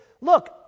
look